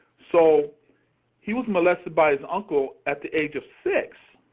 so he was molested by his uncle at the age of six.